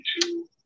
two